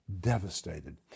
devastated